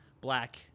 black